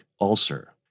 ulcer